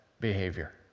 behavior